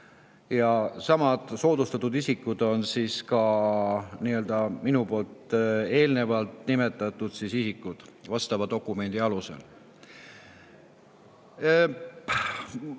Ja samad soodustatud isikud on ka minu poolt eelnevalt nimetatud isikud vastava dokumendi alusel.